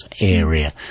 area